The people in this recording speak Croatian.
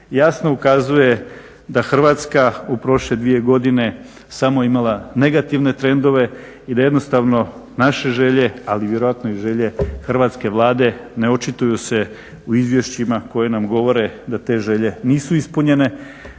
jasno ukazuje da Hrvatska u prošle dvije godine samo imala negativne trendove i da jednostavno naše želje ali vjerojatno i želje Hrvatske Vlade ne očituju se u izvješćima koje nam govore da te želje nisu ispunjene,